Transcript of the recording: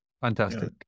Fantastic